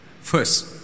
First